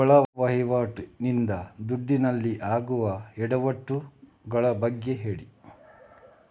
ಒಳ ವಹಿವಾಟಿ ನಿಂದ ದುಡ್ಡಿನಲ್ಲಿ ಆಗುವ ಎಡವಟ್ಟು ಗಳ ಬಗ್ಗೆ ಹೇಳಿ